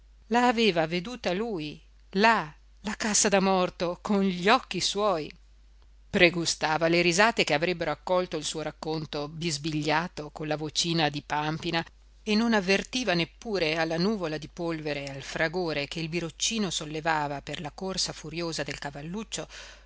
aveva veduta lui là la cassa da morto con gli occhi suoi pregustava le risate che avrebbero accolto il suo racconto bisbigliato con la vocina di pàmpina e non avvertiva neppure alla nuvola di polvere e al fragore che il biroccino sollevava per la corsa furiosa del cavalluccio